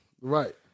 Right